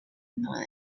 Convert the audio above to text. known